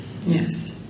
Yes